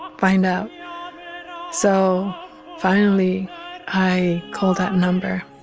um find out so finally i called that number